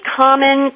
common